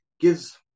gives